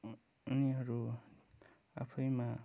उनीहरू आफैँमा